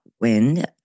wind